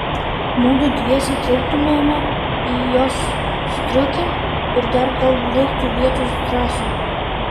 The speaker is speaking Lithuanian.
mudu dviese tilptumėme į jos striukę ir dar gal liktų vietos drąsiui